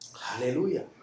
Hallelujah